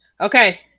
Okay